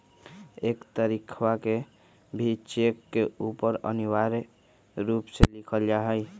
एक तारीखवा के भी चेक के ऊपर अनिवार्य रूप से लिखल जाहई